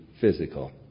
physical